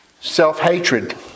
self-hatred